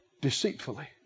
deceitfully